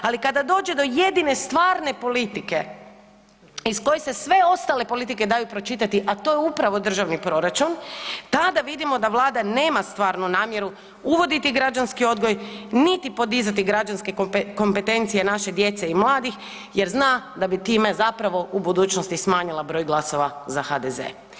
Ali kada dođe do jedine stvarne politike iz koje se sve ostale politike daju pročitati, a to je upravo državni proračun, tada vidimo da Vlada nema stvarnu namjeru uvoditi građanski odgoj niti podizati građanske kompetencije naše djece i mladih, jer zna da bi time zapravo u budućnosti smanjila broj glasova za HDZ.